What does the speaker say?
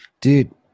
Dude